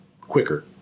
quicker